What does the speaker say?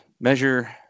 measure